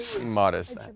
modest